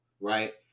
right